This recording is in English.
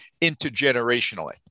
intergenerationally